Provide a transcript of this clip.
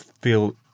feel